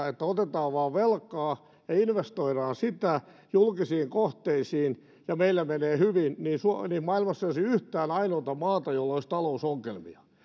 että kun otetaan vain velkaa ja investoidaan sitä julkisiin kohteisiin niin meillä menee hyvin niin maailmassa ei olisi yhtään ainoata maata jolla olisi talousongelmia